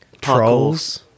trolls